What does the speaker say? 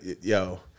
yo